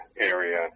area